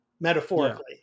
Metaphorically